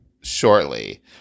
shortly